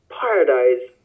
paradise